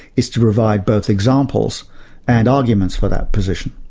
is to revive both examples and arguments for that position.